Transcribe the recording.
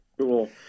cool